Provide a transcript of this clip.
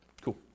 Cool